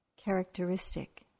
characteristic